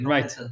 Right